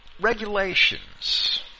regulations